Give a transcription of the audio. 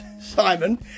Simon